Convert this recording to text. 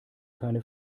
keine